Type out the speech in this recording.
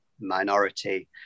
minority